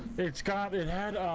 it's got in